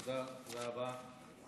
תודה רבה.